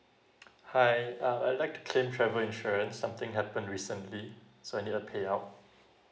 hi uh I'd like to claim travel insurance something happened recently so I need a payout